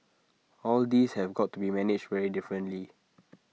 all these have got to be managed very differently